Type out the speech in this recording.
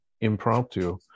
impromptu